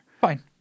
Fine